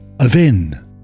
aven